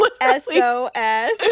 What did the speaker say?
s-o-s